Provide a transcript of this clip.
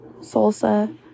salsa